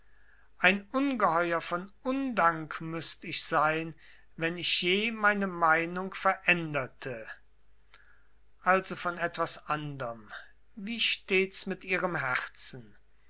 ein ungeheuer von undank müßt ich sein wenn ich je meine meinung veränderte also von etwas anderm wie stehts jetzt mit ihrem herzen